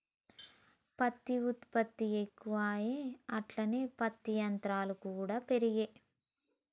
పత్తి ఉత్పత్తి ఎక్కువాయె అట్లనే పత్తి యంత్రాలు కూడా పెరిగే